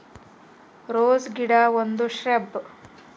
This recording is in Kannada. ರೋಸ್ ಗಿಡ ಒಂದು ಶ್ರಬ್